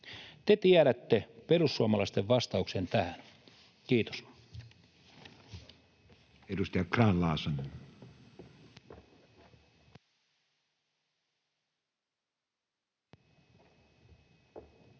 Te tiedätte perussuomalaisten vastauksen tähän. — Kiitos.